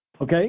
Okay